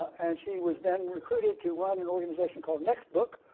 and, she was then recruited to run an organization called next book,